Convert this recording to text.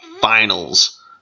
finals